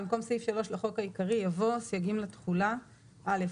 במקום סעיף 3 לחוק העיקרי יבוא: "סייגים לתחולה 3.(א)הוראות